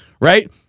right